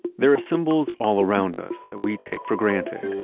there are symbols all around us that we take for granted,